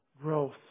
growth